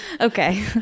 Okay